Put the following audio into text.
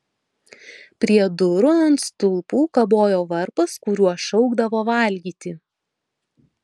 prie durų ant stulpų kabojo varpas kuriuo šaukdavo valgyti